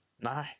No